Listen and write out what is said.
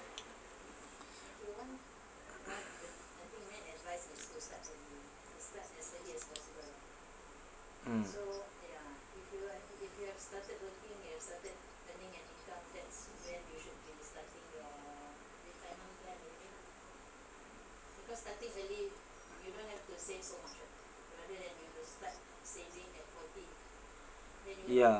mm ya